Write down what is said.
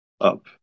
up